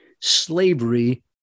Slavery